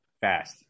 fast